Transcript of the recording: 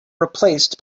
replaced